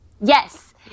Yes